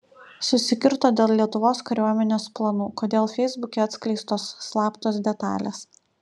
susikirto dėl lietuvos kariuomenės planų kodėl feisbuke atskleistos slaptos detalės